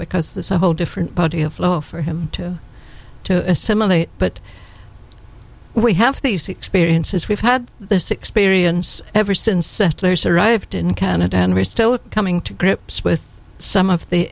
because there's a whole different body of law for him to to assimilate but we have these experiences we've had this experience ever since settlers arrived in canada and we're still coming to grips with some of the